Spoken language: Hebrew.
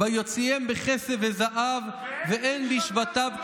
ויוציאם בכף וזהב ואין בשבטיו כושל.